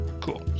Cool